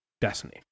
Destiny